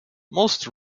most